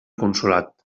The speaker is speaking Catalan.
consolat